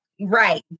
Right